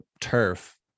turf